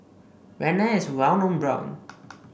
Rene is a well known brand